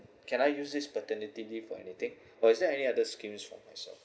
can I use this paternity leave or anything or is there any other schemes for myself